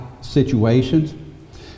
situations